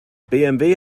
bmw